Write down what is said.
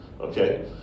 Okay